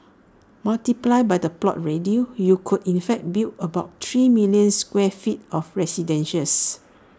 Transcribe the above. multiplied by the plot ratio you could in fact build about three million square feet of residences